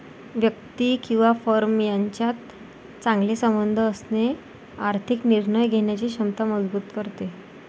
व्यक्ती किंवा फर्म यांच्यात चांगले संबंध असणे आर्थिक निर्णय घेण्याची क्षमता मजबूत करते